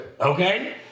Okay